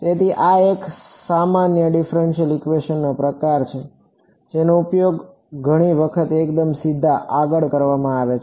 તેથી આ એક સામાન્ય ડિફ્રેંશિયલ ઇક્વેશનનો પ્રકાર છે જેનો ઉપયોગ ઘણી વખત એકદમ સીધા આગળ કરવામાં આવે છે